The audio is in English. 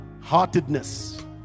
heartedness